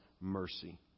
mercy